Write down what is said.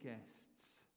guests